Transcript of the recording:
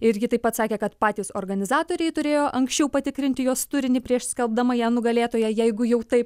ir ji taip pat sakė kad patys organizatoriai turėjo anksčiau patikrinti jos turinį prieš skelbdama ją nugalėtoja jeigu jau taip